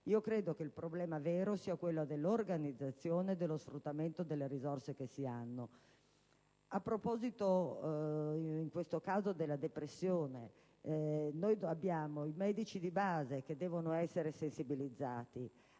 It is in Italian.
Credo che il problema vero sia quello dell'organizzazione e dello sfruttamento delle risorse che si hanno: in questo caso, a proposito della depressione, i medici di base, che devono essere sensibilizzati;